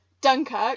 Dunkirk